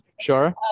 Sure